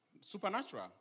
supernatural